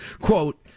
Quote